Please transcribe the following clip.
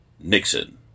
Nixon